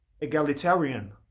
egalitarian